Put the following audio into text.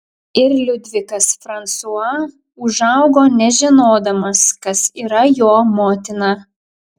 ir liudvikas fransua užaugo nežinodamas kas yra jo motina